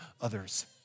others